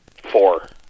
four